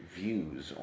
views